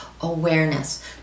awareness